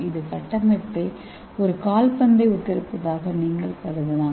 இந்த கட்டமைப்பை ஒரு கால்பந்தை ஒத்திருப்பதாக நீங்கள் கருதலாம்